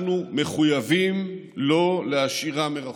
אנחנו מחויבים לא להשאירם מאחור.